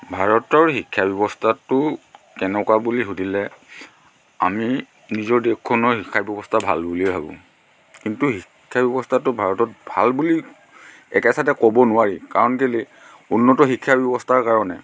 ভাৰতৰ শিক্ষা ব্যৱস্থাটো কেনেকুৱা বুলি সুধিলে আমি নিজৰ দেশখনৰ শিক্ষা ব্যৱস্থা ভাল বুলিয়ে ভাবোঁ কিন্তু শিক্ষা ব্যৱস্থাটো ভাৰতত ভাল বুলি একেচাতে ক'ব নোৱাৰি কাৰণ কেলৈ উন্নত শিক্ষা ব্যৱস্থাৰ কাৰণে